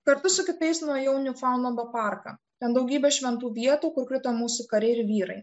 kartu su kitais nuėjau į njufaulendo parką ten daugybę šventų vietų kur krito mūsų kariai ir vyrai